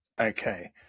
Okay